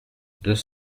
deux